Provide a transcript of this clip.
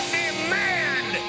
demand